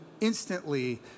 instantly